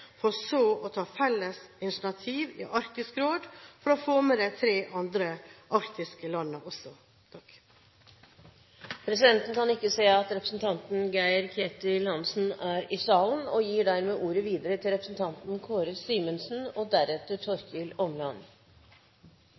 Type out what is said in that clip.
for så å ta felles initiativ i Arktisk råd for å få med de tre andre arktiske landene også. Jeg må først si at jeg synes det var en utrolig stor kontrast i